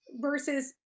versus